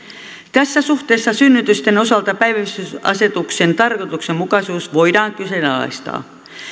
tässä suhteessa synnytysten osalta päivystysasetuksen tarkoituksenmukaisuus voidaan kyseenalaistaa